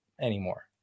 anymore